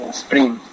spring